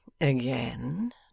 Again